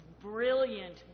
brilliant